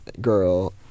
girl